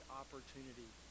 opportunity